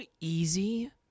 easy